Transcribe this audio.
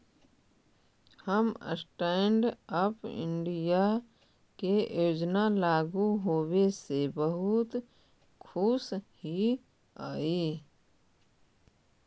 हम stand up India के योजना लागू होबे से बहुत खुश हिअई